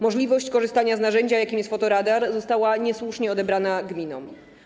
Możliwość korzystania z narzędzia, jakim jest fotoradar, została niesłusznie odebrana gminom.